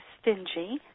stingy